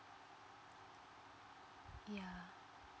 yeah